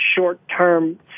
short-term